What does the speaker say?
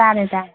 ꯇꯥꯔꯦ ꯇꯥꯔꯦ